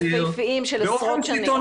עצים יפהפיים בני עשרות שנים.